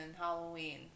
halloween